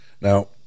now